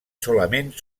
solament